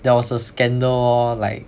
there was a scandal like